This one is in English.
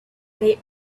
they